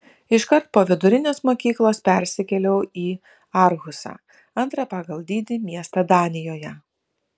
iškart po vidurinės mokyklos persikėliau į arhusą antrą pagal dydį miestą danijoje